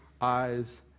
eyes